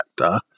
factor